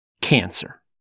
Cancer